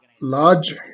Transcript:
large